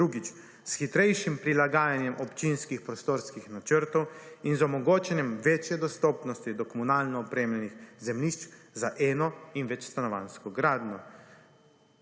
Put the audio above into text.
Drugič, s hitrejšim prilagajanjem občinskih prostorskih načrtov in z omogočanjem večje dostopnosti do komunalne opreme zemljišč za eno in več stanovanjsko gradnjo.